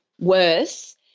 worse